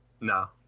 No